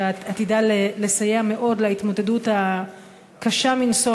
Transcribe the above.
שעתידה לסייע מאוד בהתמודדות הקשה מנשוא